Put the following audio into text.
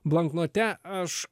bloknote aš